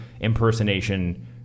impersonation